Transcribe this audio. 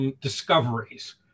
discoveries